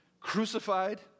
crucified